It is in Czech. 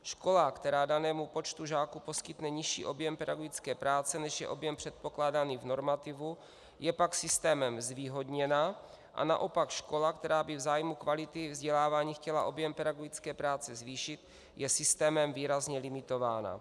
Škola, která danému počtu žáků poskytne nižší objem pedagogické práce, než je objem předpokládaných normativů, je pak systémem zvýhodněna a naopak škola, která by v zájmu kvality vzdělávání chtěla objem pedagogické práce zvýšit, je systémem výrazně limitována.